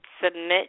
Submit